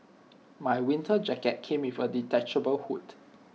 my winter jacket came with A detachable hood